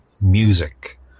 music